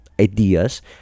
ideas